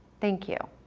thank you.